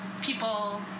people